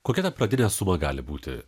kokia ta pradinė suma gali būti